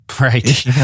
Right